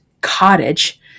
cottage